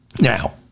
Now